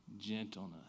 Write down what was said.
gentleness